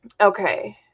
okay